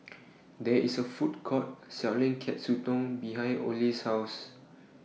There IS A Food Court Selling Katsudon behind Ole's House